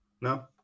no